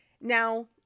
Now